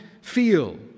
feel